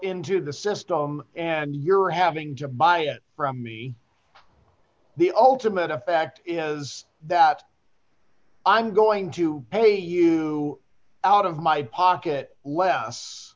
into the system and you're having to buy it from me the ultimate effect is that i'm going to pay you out of my pocket less